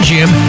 Gym